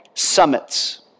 summits